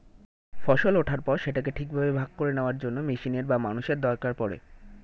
ফসল ওঠার পর সেটাকে ঠিকভাবে ভাগ করে নেওয়ার জন্য মেশিনের বা মানুষের দরকার পড়ে